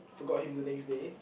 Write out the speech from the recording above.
forgot him the next day